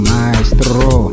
Maestro